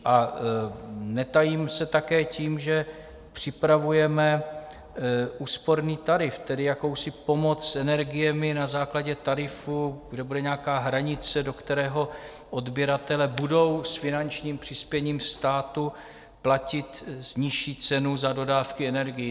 A netajím se také tím, že připravujeme úsporný tarif, tedy jakousi pomoc s energiemi na základě tarifu, kde bude nějaká hranice, do kterého odběratele budou s finančním přispěním státu platit nižší cenu za dodávky energií.